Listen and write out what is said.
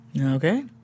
Okay